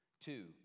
Two